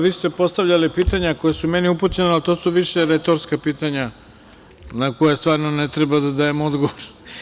Vi ste postavljali pitanja koja su meni upućena, a to su više retorska pitanja na koja stvarno ne treba da dajem odgovor.